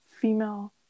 female